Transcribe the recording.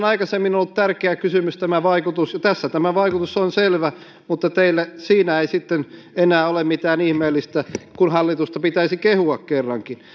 aikaisemmin ollut tärkeä kysymys tässä tämä vaikutus on selvä mutta teille siinä ei sitten enää ole mitään ihmeellistä kun hallitusta pitäisi kehua kerrankin